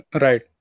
Right